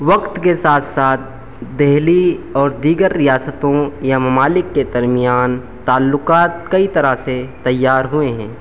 وقت کے ساتھ ساتھ دہلی اور دیگر ریاستوں یا ممالک کے درمیان تعّلقات کئی طرح سے تیّار ہوئے ہیں